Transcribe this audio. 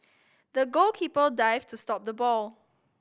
the goalkeeper dived to stop the ball